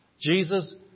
Jesus